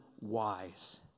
wise